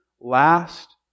last